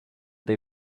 they